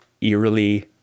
eerily